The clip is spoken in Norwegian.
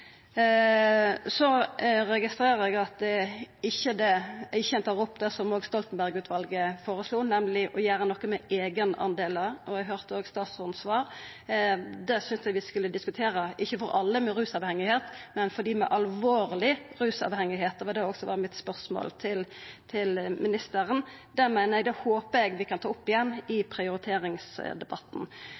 Så registrerer eg at ein ikkje tek opp det som òg Stoltenberg-utvalet foreslo, nemleg å gjera noko med eigendelane, og eg høyrde òg statsråden sitt svar. Det synest eg vi skulle diskutera, ikkje for alle med rusavhengigheit, men for dei med alvorleg rusavhengigheit. Det var òg spørsmålet mitt til ministeren. Det håper eg vi kan ta opp igjen i prioriteringsdebatten.